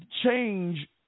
change